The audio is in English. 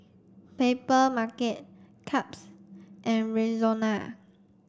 Papermarket Chaps and Rexona